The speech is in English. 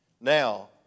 Now